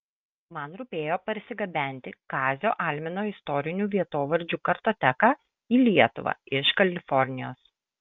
man rūpėjo parsigabenti kazio almino istorinių vietovardžių kartoteką į lietuvą iš kalifornijos